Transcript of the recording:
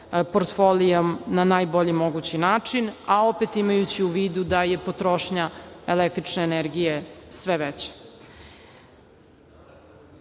portfoliom na najbolji mogući način, a opet imajući u vidu da je potrošnja električne energije sve veća. Kada